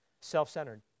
self-centered